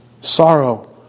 Sorrow